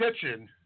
Kitchen